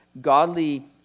godly